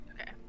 Okay